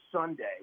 Sunday –